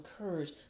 encourage